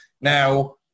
now